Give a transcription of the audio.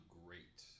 great